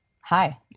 Hi